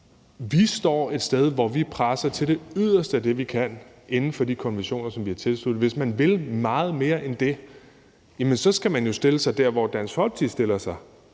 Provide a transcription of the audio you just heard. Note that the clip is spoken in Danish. vi står et sted, hvor vi presser på til det yderste af det, vi kan, inden for de konventioner, vi har tilsluttet os. Hvis man vil meget mere end det, skal man jo stille sig der, hvor Dansk Folkeparti stiller sig,